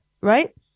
right